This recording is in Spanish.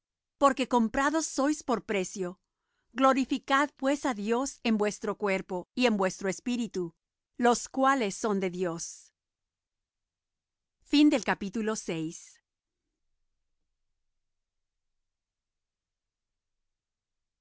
porque comprados sois por precio glorificad pues á dios en vuestro cuerpo y en vuestro espíritu los cuales son de dios cuanto á las